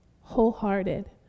wholehearted